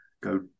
go